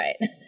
right